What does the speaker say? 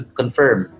confirm